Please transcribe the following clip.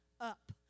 up